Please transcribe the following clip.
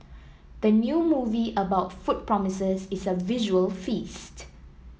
the new movie about food promises is a visual feast